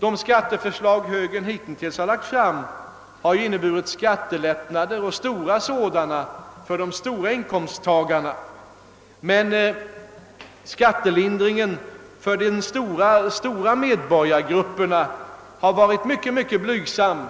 De skatteförslag högern hittills har lagt fram har ju inneburit skattelättnader och stora sådana för de stora inkomsttagarna, medan skattelindringen för de stora medborgargrupperna har varit mycket blygsam,